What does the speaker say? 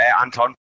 Anton